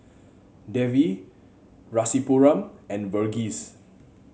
Devi Rasipuram and Verghese